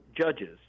judges